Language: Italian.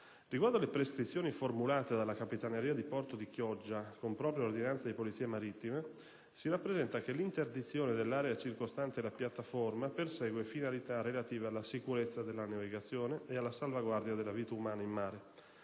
Riguardo alle prescrizioni formulate dalla Capitaneria di porto di Chioggia con propria ordinanza di polizia marittima, si rappresenta che l'interdizione dell'area circostante la piattaforma persegue finalità relative alla sicurezza della navigazione ed alla salvaguardia della vita umana in mare